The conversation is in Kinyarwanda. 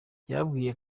yababwiye